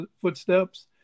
footsteps